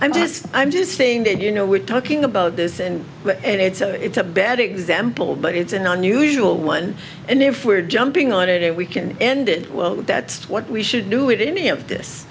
i'm just i'm just saying that you know we're talking about this and it's a it's a bad example but it's an unusual one and if we're jumping on it we can end it well that's what we should do with any of this